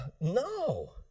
No